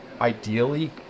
Ideally